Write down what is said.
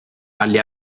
agli